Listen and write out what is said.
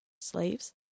slaves